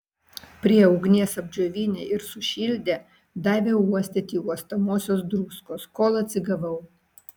prie ugnies apdžiovinę ir sušildę davė uostyti uostomosios druskos kol atsigavau